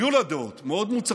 היו לה דעות מאוד מוצקות,